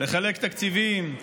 לחלק תקציבים,